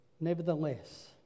Nevertheless